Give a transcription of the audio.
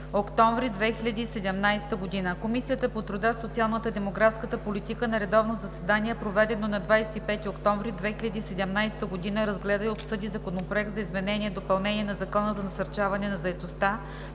октомври 2017 г. Комисията по труда, социалната и демографската политика на редовно заседание, проведено на 25 октомври 2017 г., разгледа и обсъди Законопроект за изменение и допълнение на Закона за насърчаване на заетостта,